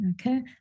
Okay